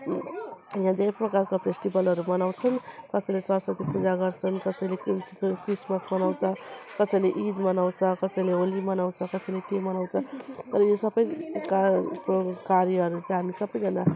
यहाँ धेरै प्रकारको फेस्टिबलहरू मनाउँछन् कसैले सरस्वती पूजा गर्छन् कसैले क्रिसमस मनाउँछ कसैले ईद मनाउँछ कसैले होली मनाउँछ कसैले के मनाउँछ तर यो सबै का कार्यहरू चाहिँ हामी सबैजना